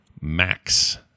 max